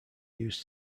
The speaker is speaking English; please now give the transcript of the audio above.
use